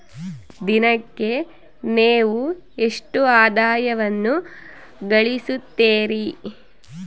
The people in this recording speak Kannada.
ದಿನಕ್ಕೆ ನೇವು ಎಷ್ಟು ಆದಾಯವನ್ನು ಗಳಿಸುತ್ತೇರಿ?